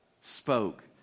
spoke